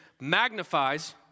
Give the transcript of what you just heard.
magnifies